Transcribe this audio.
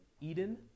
Eden